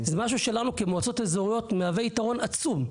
זה משהו שלנו כמועצות אזוריות מהווה יתרון עצום.